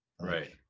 Right